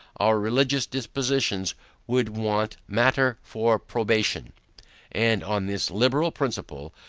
our religious dispositions would want matter for probation and on this liberal principle,